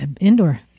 indoor